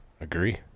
Agree